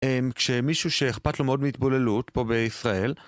כשמישהו שאכפת לו מאוד מהתבוללות פה בישראל